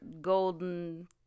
golden